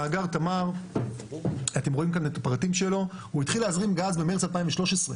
מאגר תמר התחיל להזרים גז במארס 2013,